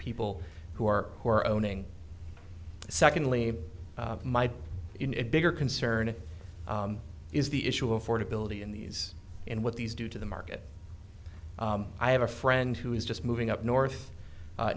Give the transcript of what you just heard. people who are who are owning secondly my bigger concern is the issue affordability in these and what these do to the market i have a friend who is just moving up north